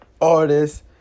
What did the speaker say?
artists